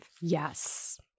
Yes